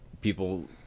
people